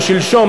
או שלשום,